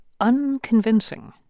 unconvincing